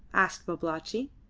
asked babalatchi.